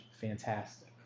Fantastic